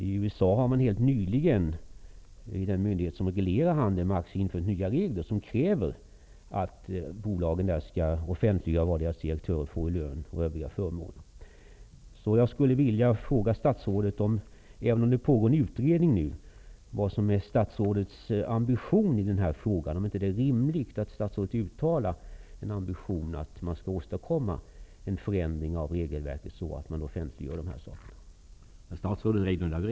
I USA har den myndighet som reglerar handeln med aktier helt nyligen infört nya regler, som innebär krav på att bolagen offentliggör vad deras direktörer får i lön och i övriga förmåner. Även om det pågår en utredning, skulle jag vilja fråga om det är rimligt att statsrådet uttalar ambitionen att åstadkomma en förändring av regelverket, så att de här förhållandena offentliggörs.